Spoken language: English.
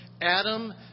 Adam